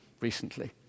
recently